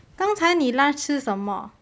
刚才你 lunch 吃什么